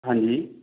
ਹਾਂਜੀ